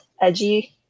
edgy